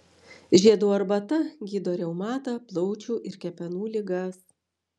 žiedų arbata gydo reumatą plaučių ir kepenų ligas